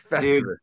Dude